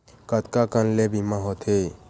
कतका कन ले बीमा होथे?